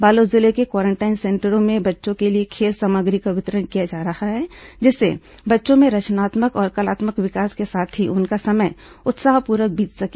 बालोद जिले के quarantine centre में बच्चों के लिए खेल सामग्री का वितरण किया जा रहा है जिससे बच्चों में रचनात्मक और कलात्मक विकास के साथ ही उनका समय उत्साहपूर्वक बीत सके